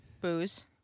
Booze